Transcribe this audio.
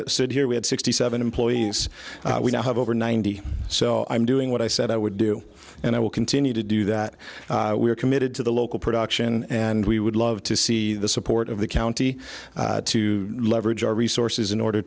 said here we had sixty seven employees we now have over ninety so i'm doing what i said i would do and i will continue to do that we are committed to the local production and we would love to see the support of the county to leverage our resources in order